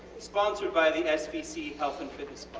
sponsored by the svc health and fitness